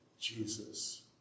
Jesus